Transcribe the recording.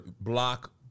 block